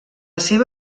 seva